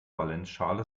valenzschale